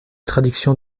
traductions